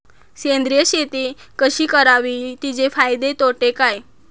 सेंद्रिय शेती कशी करावी? तिचे फायदे तोटे काय?